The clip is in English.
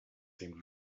seemed